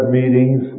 meetings